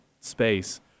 space